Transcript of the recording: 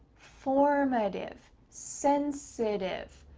formative, sensitive.